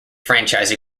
franchise